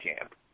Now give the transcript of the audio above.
camp